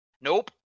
Nope